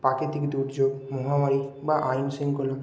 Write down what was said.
প্রাকৃতিক দুর্যোগ মহামারী বা আইন শৃঙ্খলা